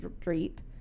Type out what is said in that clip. Street